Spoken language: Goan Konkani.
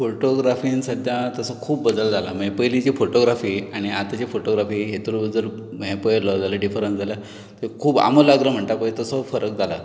फोटोग्राफीन सद्द्या तसो खूब बदल जाला माय पयलींची फोटोग्राफी आनी आतांची फोटोग्राफी हेतूंत जर हे पयलो जाल्या डिफरंस जाल्या तें खूब आमुलाग्र म्हणटा पय तसो फरक जाला